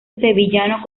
sevillano